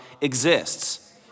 exists